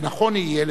ונכון יהיה,